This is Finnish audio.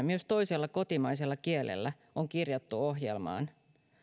myös toisella kotimaisella kielellä on kirjattu ohjelmaan